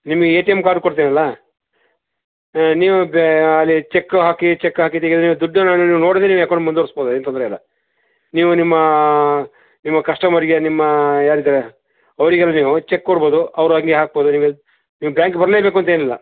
ಇಲ್ಲಿ A T M card ಕೊಡ್ತೇವಲ್ಲ ನೀವು ಬ್ಯಾ ಅಲ್ಲಿ ಚೆಕ್ಕು ಹಾಕಿ ಚೆಕ್ ಹಾಕಿದ್ದು ಇಲ್ಲಿ ನೀವು ದುಡ್ಡುನ್ನ ನೀವು ನೋಡದೇನೆ ನೀವು ಅಕೌಂಟ್ ಮುಂದುವರ್ಸ್ಬೋದು ಏನು ತೊಂದರೆಯಿಲ್ಲ ನೀವು ನಿಮ್ಮ ನಿಮ್ಮ ಕಸ್ಟಮರಿಗೆ ನಿಮ್ಮ ಯಾರಿದ್ದಾರೆ ಅವರಿಗೆಲ್ಲ ನೀವು ಚೆಕ್ ಕೊಡ್ಬೋದು ಅವ್ರು ಅಲ್ಲಿ ಹಾಕ್ಬೋದು ನಿಮಗೆ ನೀವು ಬ್ಯಾಂಕ್ಗೆ ಬರಲೇಬೇಕು ಅಂತೇನಿಲ್ಲ